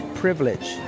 privilege